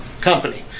company